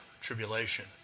tribulation